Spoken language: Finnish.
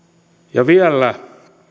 vielä